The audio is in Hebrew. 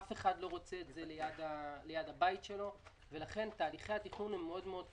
אף אחד לא רוצה את זה ליד ביתו ולכן תהליכי התכנון קשים מאוד.